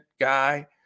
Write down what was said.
guy